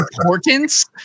importance